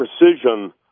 precision